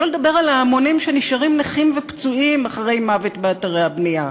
שלא לדבר על ההמונים שנשארים נכים ופצועים אחרי מוות באתרי הבנייה.